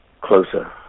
closer